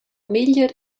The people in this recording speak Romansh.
meglier